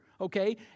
okay